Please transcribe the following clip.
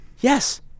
Yes